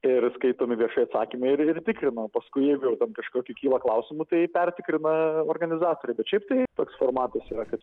ir skaitomi viešai atsakymai ir ir tikrina o paskui jeigu jau ten kažkokių kyla klausimų tai pertikrina organizatoriai bet šiaip tai toks formatas yra kad